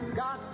got